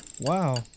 Wow